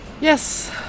Yes